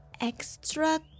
extra-